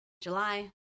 july